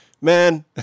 man